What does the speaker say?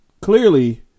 clearly